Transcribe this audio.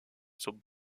son